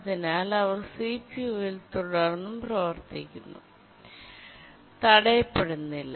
അതിനാൽ അവർ സിപിയുവിൽ തുടർന്നും പ്രവർത്തിക്കുന്നു തടയപ്പെടുന്നില്ല